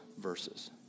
verses